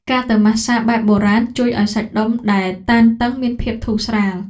ការទៅម៉ាស្សាបែបបុរាណ ជួយឱ្យសាច់ដុំដែលតានតឹងមានភាពធូរស្រាល។